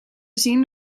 zien